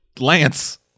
lance